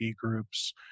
groups